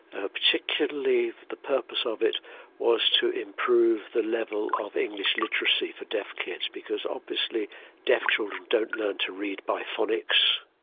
ah particularly the purpose of it was to improve the level of english literacy for deaf kids, because obviously deaf children don't learn to read by phonics,